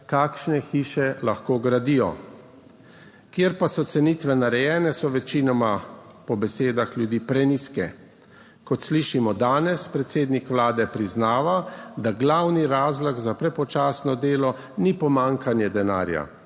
kakšne hiše lahko gradijo. Kjer pa so cenitve narejene, so večinoma, po besedah ljudi, prenizke. Kot slišimo danes, predsednik Vlade priznava, da glavni razlog za prepočasno delo ni pomanjkanje denarja,